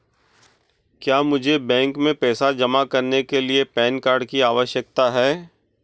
क्या मुझे बैंक में पैसा जमा करने के लिए पैन कार्ड की आवश्यकता है?